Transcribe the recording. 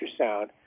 ultrasound